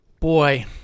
Boy